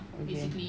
okay